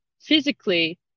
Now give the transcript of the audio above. physically